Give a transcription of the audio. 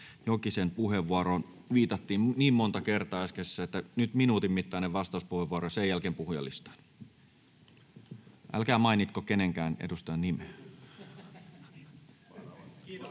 Jokisen puheenvuoroon viitattiin niin monta kertaa äskeisessä, että nyt minuutin mittainen vastauspuheenvuoro, ja sen jälkeen puhujalistaan. — Älkää mainitko kenenkään edustajan nimeä.